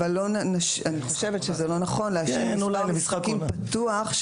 אני חושבת שזה לא נכון להשאיר את מספר המשחקים פתוח.